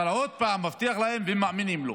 אבל עוד פעם מבטיח להם, והם מאמינים לו.